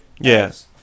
Yes